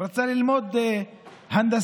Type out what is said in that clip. רצה ללמוד הנדסה.